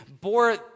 bore